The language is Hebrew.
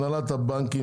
הנהלת הבנקים,